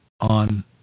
on